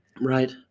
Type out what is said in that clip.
Right